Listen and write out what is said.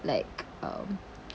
like um